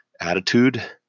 attitude